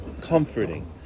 comforting